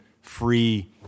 free